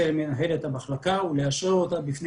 אצל מנהלת המחלקה ולאשרר אותה בפני